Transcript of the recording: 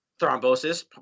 thrombosis